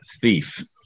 thief